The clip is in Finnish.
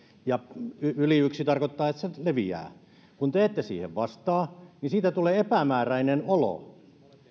ja yli yksi tarkoittaa että se leviää kun te ette siihen vastaa niin siitä tulee epämääräinen olo